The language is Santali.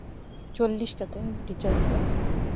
ᱪᱚᱞᱞᱤᱥ ᱠᱟᱛᱮᱧ ᱨᱤᱪᱟᱨᱡᱽ ᱮᱫᱟ